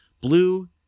blue